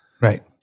Right